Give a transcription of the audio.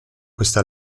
questa